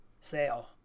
Sale